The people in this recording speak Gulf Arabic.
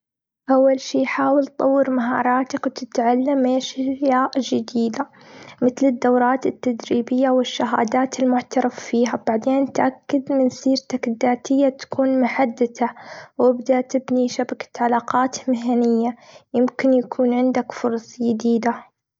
أول شي، حاول تطور مهاراتك وتتعلم ايش اشياء جديدة، مثل الدورات التدريبية والشهادات المعترف فيها. بعدين تأكد من سيرتك الذاتية تكون محدثة، وبدأت تبني شبكة علاقات مهنية. يمكن يكون عندك فرص جديدة.